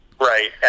Right